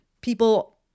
people